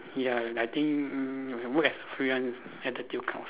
ya I think work as freelance attitude counts